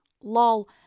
Lol